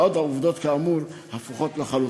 בעוד העובדות, כאמור, הפוכות לחלוטין.